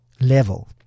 level